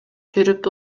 жүрүп